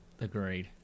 Agreed